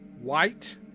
White